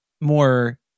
more